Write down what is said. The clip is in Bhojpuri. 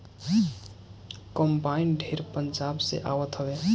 कंबाइन ढेर पंजाब से आवत हवे